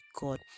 God